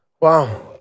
Wow